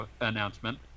announcement